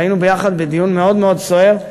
והיינו ביחד בדיון מאוד מאוד סוער,